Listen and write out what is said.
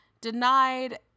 denied